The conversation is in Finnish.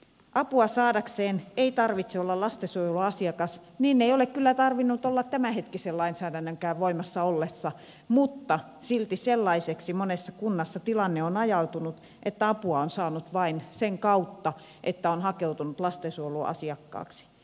apua saadakseen ei tarvitse olla lastensuojelun asiakas eikä ole kyllä tarvinnut olla tämänhetkisenkään lainsäädännön voimassa ollessa mutta silti sellaiseksi monessa kunnassa tilanne on ajautunut että apua on saanut vain sen kautta että on hakeutunut lastensuojelun asiakkaaksi